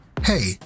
hey